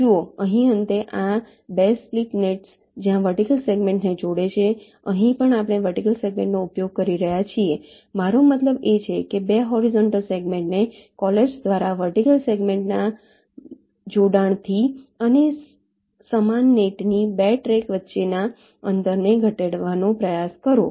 જુઓ અહીં અંતે આ 2 સ્પ્લિટ નેટ્સ જ્યાં વર્ટિકલ સેગમેન્ટને જોડે છે અહીં પણ આપણે વર્ટિકલ સેગમેન્ટનો ઉપયોગ કરી રહ્યા છીએ મારો મતલબ એ છે કે 2 હોરીઝોન્ટલ સેગમેન્ટને કોલાપ્સ દ્વારાવર્ટિકલ સેગમેન્ટમાં જોડાંણથી અને સમાન નેટની 2 ટ્રેક વચ્ચેના અંતરને ઘટાડવાનો પ્રયાસ કરો